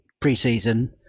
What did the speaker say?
pre-season